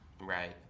Right